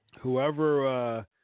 Whoever